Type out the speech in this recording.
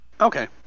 Okay